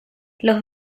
los